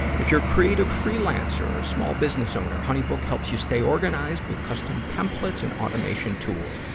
if you're a creative freelancer or small-business owner, honeybook helps you stay organized with custom template and automation tools.